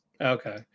Okay